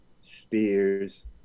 spears